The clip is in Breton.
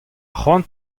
cʼhoant